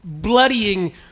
bloodying